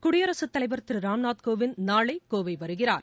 குடியரசுத்தலைவர் திரு ராம்நாத்கோவிந்த் நாளை கோவை வருகிறார்